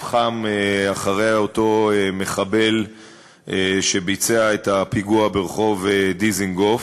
חם אחרי אותו מחבל שביצע את הפיגוע ברחוב דיזנגוף,